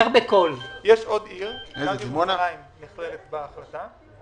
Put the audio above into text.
ירושלים נכללת בהחלטה.